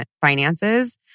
finances